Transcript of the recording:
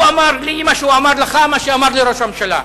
הוא אמר לי מה שאמר לך, מה שאמר לראש הממשלה,